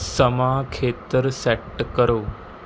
ਸਮਾਂ ਖੇਤਰ ਸੈੱਟ ਕਰੋ